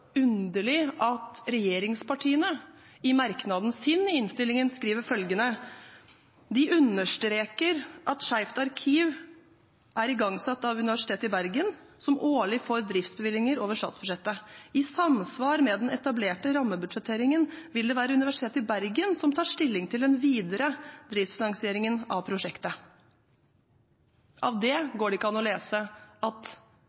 underlig at regjeringspartiene i merknaden i innstillingen skriver at de «understreker at Skeivt arkiv er igangsatt av Universitetet i Bergen, som årlig får driftsbevilgninger over statsbudsjettet. I samsvar med den etablerte rammebudsjetteringen vil det være Universitetet i Bergen som tar stilling til den videre driftsfinansieringen av prosjektet». Av det går det ikke an å lese at